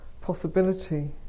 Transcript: possibility